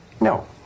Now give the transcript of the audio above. No